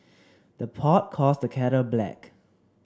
the pot calls the kettle black